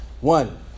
One